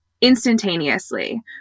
instantaneously